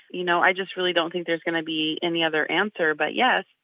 you know, i just really don't think there's going to be any other answer but yes.